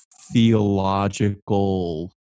theological